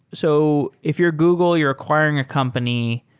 so if you're google, you're acquiring a company,